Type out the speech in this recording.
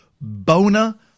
bona